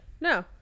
No